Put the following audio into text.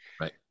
right